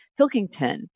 Hilkington